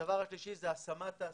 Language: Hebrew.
הדבר השלישי הוא השמה תעסוקתית,